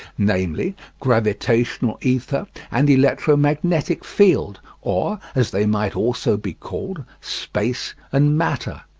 namely, gravitational ether and electromagnetic field, or as they might also be called space and matter.